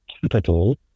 capital